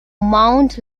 mound